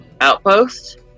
outpost